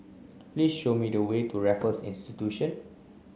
please show me the way to Raffles Institution